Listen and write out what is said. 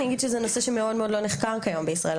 אני אגיד שזה נושא שמאוד לא נחקר כיום בישראל.